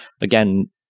again